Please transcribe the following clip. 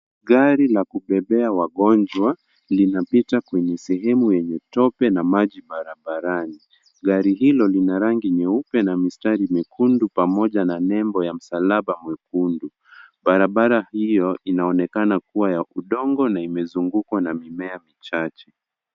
Gari la kubebea wagonjwa linapita kwenye sehemu yenye tope na maji barabarani. Gari hilo lina rangi nyeupe na mistari mekundu pamoja na nembo ya msalaba mwekundu. Barabara hiyo inaonekana kuwa ya udongo na imezungukwa na mimea michache.